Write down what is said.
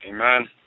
Amen